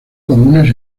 comunes